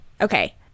Okay